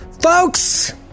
folks